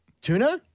Tuna